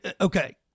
okay